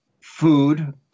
food